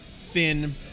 thin